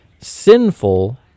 sinful